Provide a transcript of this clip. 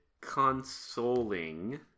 consoling